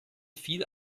viel